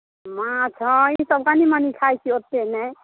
माँछ हँ ईसभ कनि मनि खाइत छी ओतेक नहि